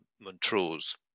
Montrose